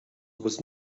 was